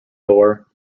door